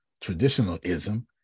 traditionalism